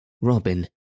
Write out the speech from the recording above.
Robin